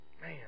Man